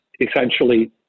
essentially